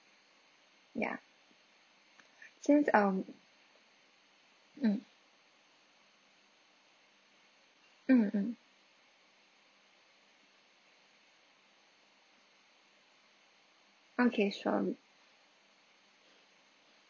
ya since um mm mm mm okay sure